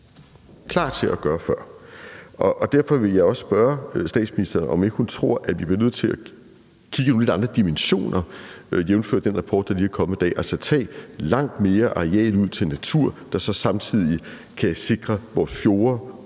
klar til at lave før. Derfor vil jeg også spørge statsministeren, om ikke hun tror, at vi bliver nødt til at kigge i nogle lidt andre dimensioner, jævnfør den rapport, der lige er kommet i dag, altså at tage langt mere areal ud til natur, hvilket så samtidig kan sikre vores fjorde,